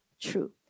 true